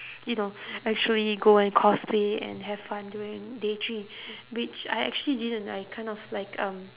you know actually go and cosplay and have fun during day three which I actually didn't I kind of like um